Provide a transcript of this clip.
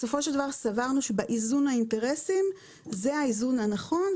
בסופו של דבר סברנו שבאיזון האינטרסים זה האיזון הנכון,